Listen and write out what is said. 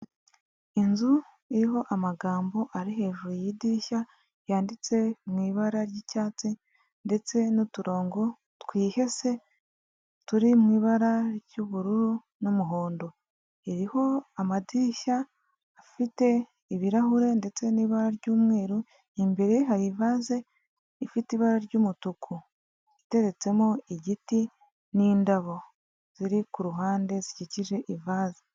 Inzu iriho amagambo ari hejuru y'idirishya yanditse mu ibara ry'icyatsi, ndetse n'uturongo twihese turi mu ibara ry'ubururu n'umuhondo, iriho amadirishya afite ibirahure ndetse n'ibara ry'umweru, imbere hari ivaze ifite ibara ry'umutuku iteretsemo igiti n'indabo ziri ku ruhande zikikije ivase.